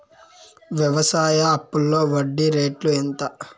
వ్యవసాయ అప్పులో వడ్డీ రేట్లు ఎంత?